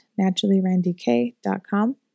naturallyrandyk.com